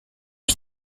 qui